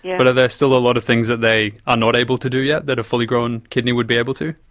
but are there still a lot of things that they are not able to do yet that a fully-grown kidney would be able to?